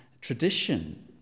tradition